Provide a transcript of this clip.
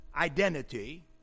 identity